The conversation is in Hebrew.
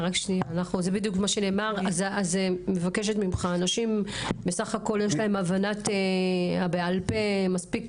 לנשים יש הבנה מספיק